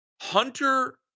hunter